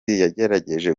yagerageje